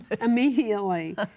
Immediately